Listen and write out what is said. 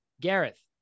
Gareth